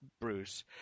Bruce